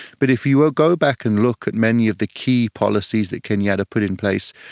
but if you ah go back and look at many of the key policies that kenyatta put in place,